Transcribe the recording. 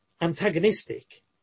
antagonistic